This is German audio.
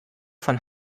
von